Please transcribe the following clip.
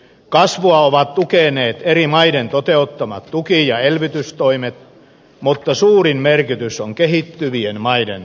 kasvua ovat tukeneet eri maiden toteuttamat tuki ja elvytystoimet mutta suurin merkitys on kehittyvien maiden talouskasvulla